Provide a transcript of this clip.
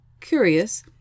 Curious